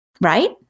Right